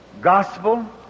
Gospel